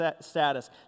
status